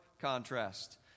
contrast